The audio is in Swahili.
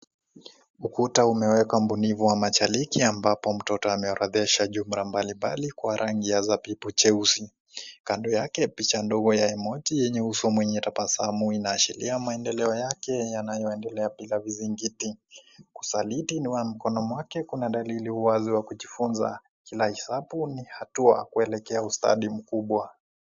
Ukuta umewekwa mbunifu wa majaliki ambapo mtoto ameorodhesha jumla mbali mbali kwa rangi ya zabibu jeusi. Kando yake picha ndogo ya emoji yenye uso mwenye tabasamu unaashiria maendeleo yake yanayoendele bila vizingiti. Usaliti wa mkono wake kunaonekana wazi wakijifunza kila hesabu ni hatua kuelekea ustadi mkubwa.